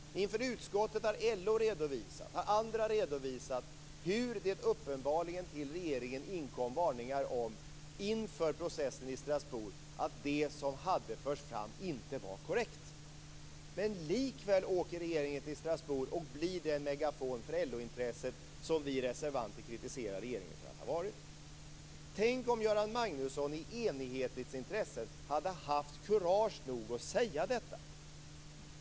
Inför utskottet har LO och andra redovisat hur det uppenbarligen till regeringen inför processen i Strasbourg inkom varningar om att det som hade förts fram inte var korrekt. Men likväl åker regeringen till Strasbourg och blir den megafon för LO-intresset som vi reservanter kritiserar regeringen för att ha varit. Tänk om Göran Magnusson i enighetens intresse hade haft kurage nog att säga detta.